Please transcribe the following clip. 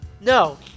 No